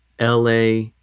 LA